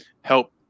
help